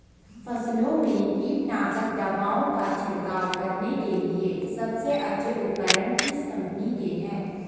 फसलों में कीटनाशक दवाओं का छिड़काव करने के लिए सबसे अच्छे उपकरण किस कंपनी के हैं?